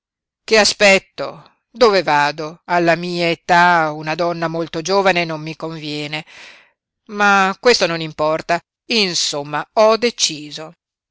che aspetto dove vado alla mia età una donna molto giovane non mi conviene ma questo non importa insomma ho deciso